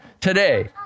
today